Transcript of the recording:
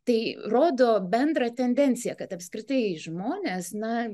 tai rodo bendrą tendenciją kad apskritai žmonės na